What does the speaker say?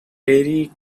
very